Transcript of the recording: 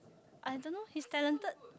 I don't know he's talented